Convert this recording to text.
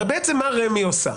הרי בעצם מה רמ"י עושה?